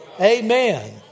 Amen